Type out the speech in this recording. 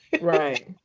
Right